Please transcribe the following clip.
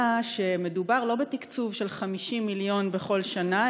שמדובר לא בתקצוב של 50 מיליון בכל שנה,